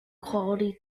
quality